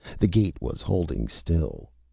the gate was holding, still.